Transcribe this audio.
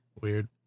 Weird